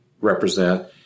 represent